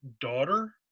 daughter